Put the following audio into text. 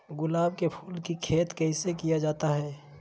गुलाब के फूल की खेत कैसे किया जाता है?